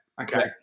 Okay